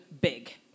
big